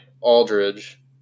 Aldridge